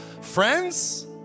friends